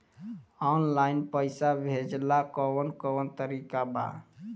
Online पइसा भेजेला कवन कवन तरीका बा?